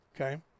Okay